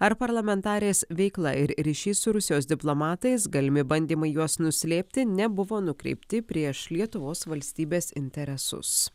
ar parlamentarės veikla ir ryšys su rusijos diplomatais galimi bandymai juos nuslėpti nebuvo nukreipti prieš lietuvos valstybės interesus